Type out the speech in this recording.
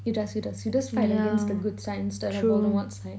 he does he does he does fight against the good side instead of voldemort's side